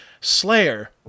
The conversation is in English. Slayer